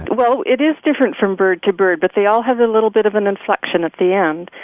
well, it is different from bird to bird, but they all have a little bit of an inflection at the end,